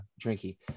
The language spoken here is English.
Drinky